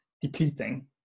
depleting